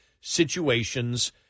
situations